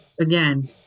again